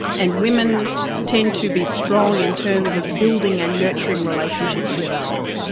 and women tend to be strong in terms of building and nurturing relationships with others.